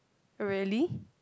really